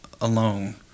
alone